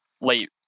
late